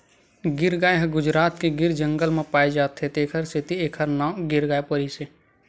गीर गाय ह गुजरात के गीर जंगल म पाए जाथे तेखर सेती एखर नांव गीर गाय परिस हे